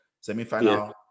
semi-final